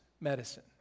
medicine